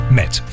met